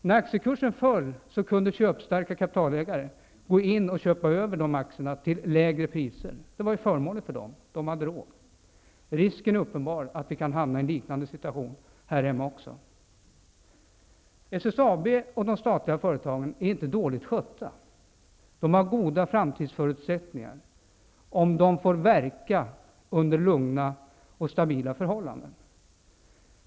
När aktiekursen föll, kunde köpstarka kapitalägare köpa de aktierna till lägre pris. Det var förmånligt för dem. De hade råd. Risken är uppenbar att vi kan hamna i en liknande situation också här hemma. SSAB och de andra statliga och delstatliga företagen är inte dåligt skötta. De har goda framtidsförutsättningar, om de får verka under lugna och stabila förhållanden.